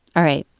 all right,